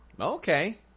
Okay